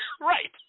right